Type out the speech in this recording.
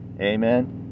Amen